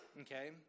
Okay